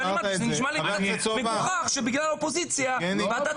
ואמרתי שזה נשמע לי מגוחך שבגלל האופוזיציה ועדת